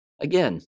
Again